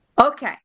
Okay